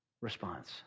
response